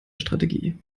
strategie